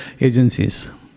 agencies